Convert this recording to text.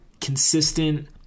consistent